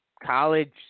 college